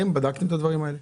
האם בדקתם את הדברים האלה?